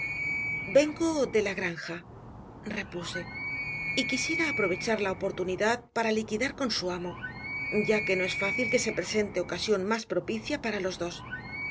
vengo de la granja repuse y quisiera aprovechar la oportunidad para liquidar con su amo ya que no es fácil que se presente ocasión más propicia para los dos